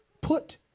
put